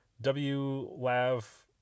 W-Lav